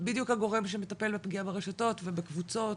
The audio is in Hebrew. בדיוק הגורם שמטפל בפגיעה ברשתות ובקבוצות,